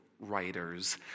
writers